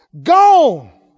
gone